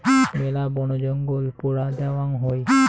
মেলা বনজঙ্গল পোড়া দ্যাওয়াং হই